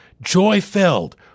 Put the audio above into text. joy-filled